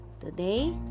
Today